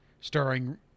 starring